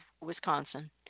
Wisconsin